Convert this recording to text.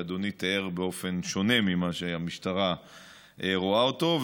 שאדוני תיאר באופן שונה ממה שהמשטרה רואה אותו.